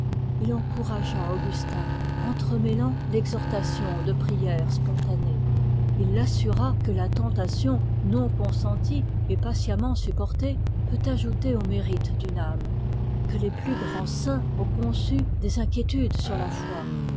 il encouragea augustin entremêlant l'exhortation de prières spontanées il l'assura que la tentation non consentie et patiemment supportée peut ajouter au mérite d'une âme que les plus grands saints ont conçu des inquiétudes sur la foi